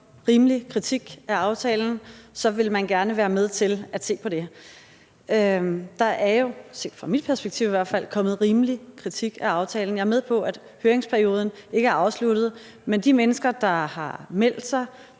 rimelig kritik af aftalen, vil være med til at se på det. Der er jo – i hvert fald set fra mit perspektiv – kommet rimelig kritik af aftalen. Jeg er med på, at høringsperioden ikke er afsluttet, men de mennesker, der har meldt sig